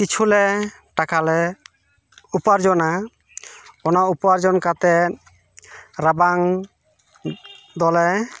ᱠᱤᱪᱷᱩᱞᱮ ᱴᱟᱠᱟᱞᱮ ᱩᱯᱟᱨᱡᱚᱱᱟ ᱚᱱᱟ ᱩᱯᱟᱨᱡᱚᱱ ᱠᱟᱛᱮᱜ ᱨᱟᱵᱟᱝ ᱫᱚᱞᱮ